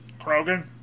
Krogan